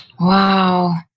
Wow